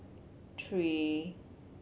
three